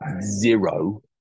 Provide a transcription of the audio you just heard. zero